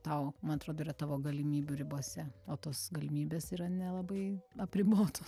tau man atrodo yra tavo galimybių ribose o tos galimybės yra nelabai apribotos